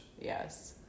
Yes